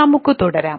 നമുക്ക് തുടരാം